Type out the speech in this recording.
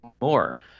more